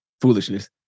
foolishness